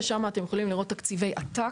שם אתם יכולים לראות ששמו תקציבי עתק,